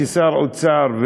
כשר האוצר,